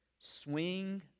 Swing